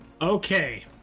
Okay